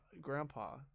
Grandpa